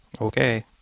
Okay